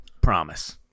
Promise